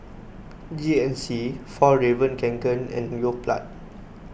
G N C Fjallraven Kanken and Yoplait